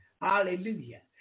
Hallelujah